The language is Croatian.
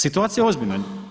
Situacija je ozbiljna.